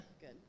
Good